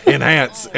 Enhance